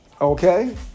Okay